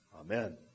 Amen